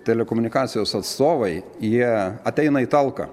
telekomunikacijos atstovai jie ateina į talką